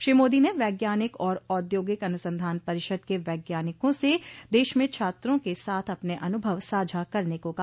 श्री मोदी ने वैज्ञानिक और औद्योगिक अनुसंधान परिषद के वैज्ञानिकों से देश में छात्रों के साथ अपने अनुभव साझा करने को कहा